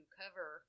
cover